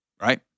Right